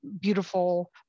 beautiful